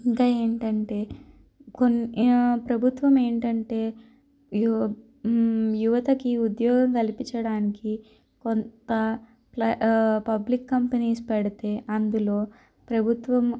ఇంకా ఏంటంటే కొన్ని ప్రభుత్వం ఏంటంటే యువతకి ఉద్యోగం కల్పించడానికి కొంత పబ్లిక్ కంపెనీస్ పెడితే అందులో ప్రభుత్వం